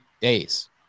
days